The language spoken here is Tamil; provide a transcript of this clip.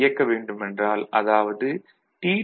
ஐ இயக்க வேண்டுமென்றால் அதாவது டி